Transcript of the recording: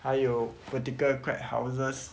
还有 vertical crab houses